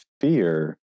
fear